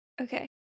Okay